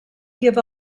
give